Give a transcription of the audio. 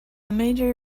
major